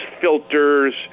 filters